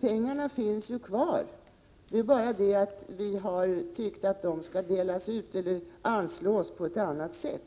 Pengarna finns ju kvar —- vi har bara tyckt att de skall anslås på ett annat sätt.